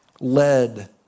led